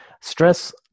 stress